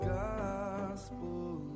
gospel